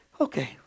Okay